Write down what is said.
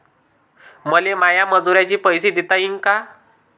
मले माया मजुराचे पैसे देता येईन का?